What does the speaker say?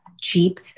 cheap